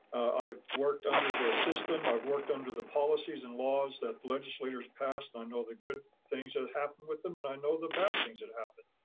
i've worked under the system, i've worked under the policies and laws that the legislators passed. i know the good things that have happened with them and i know the bad things that have happened.